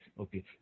okay